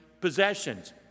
possessions